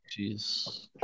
Jeez